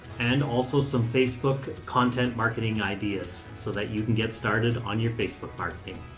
and also some facebook content marketing ideas so that you can get started on your facebook marketing.